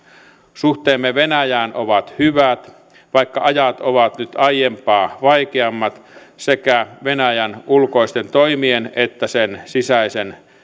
suhteemme venäjään ovat hyvät vaikka ajat ovat nyt aiempaa vaikeammat sekä venäjän ulkoisten toimien että sen sisäisen